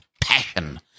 passion